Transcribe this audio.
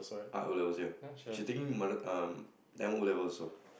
art O-levels ya she's taking mother~ um Tamil O-levels also